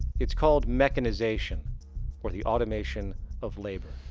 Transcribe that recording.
it's called mechanization or the automation of labor.